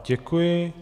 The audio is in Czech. Děkuji.